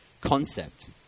concept